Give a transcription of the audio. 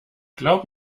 glaub